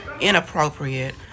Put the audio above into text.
inappropriate